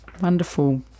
wonderful